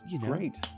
Great